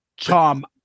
Tom